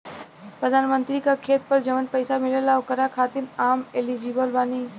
प्रधानमंत्री का खेत पर जवन पैसा मिलेगा ओकरा खातिन आम एलिजिबल बानी?